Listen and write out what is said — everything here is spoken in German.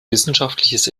wissenschaftliches